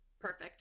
Perfect